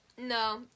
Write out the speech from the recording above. No